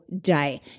day